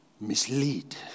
mislead